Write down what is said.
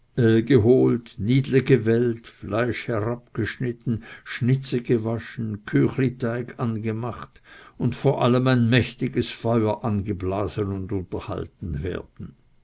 geholt nidle gewellt fleisch herabgeschnitten schnitze gewaschen küchliteig angemacht und vor allem ein tüchtiges feuer angeblasen und unterhalten werden